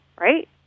right